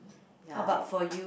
ya I